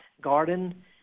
Garden